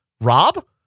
Rob